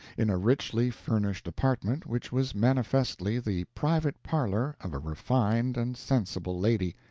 in a richly furnished apartment which was manifestly the private parlor of a refined and sensible lady,